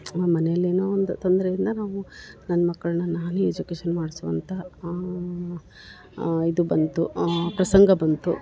ನಮ್ಮ ಮನೇಲಿ ಏನೋ ಒಂದು ತೊಂದರೆಯಿಂದ ನಾವು ನನ್ನ ಮಕ್ಕಳನ್ನ ನಾನೇ ಎಜುಕೇಶನ್ ಮಾಡ್ಸುವಂಥ ಇದು ಬಂತು ಪ್ರಸಂಗ ಬಂತು